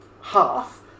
half